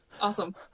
awesome